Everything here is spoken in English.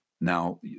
Now